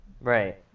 Right